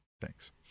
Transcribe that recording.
Thanks